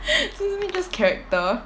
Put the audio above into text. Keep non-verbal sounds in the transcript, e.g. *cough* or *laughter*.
*laughs* excuse me just character